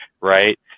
right